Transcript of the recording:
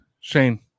Shane